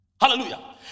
Hallelujah